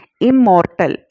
immortal